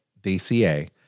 DCA